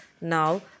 Now